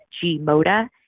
G-Moda